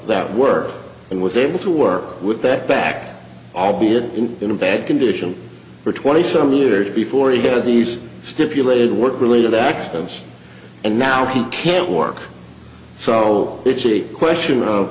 that work and was able to work with that back albeit in a bad condition for twenty some years before he did these stipulated work related accidents and now he can't work so it's a question